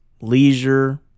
Leisure